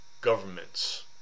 governments